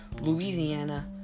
Louisiana